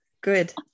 good